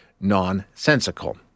nonsensical